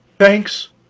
thanks,